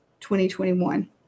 2021